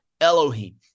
elohim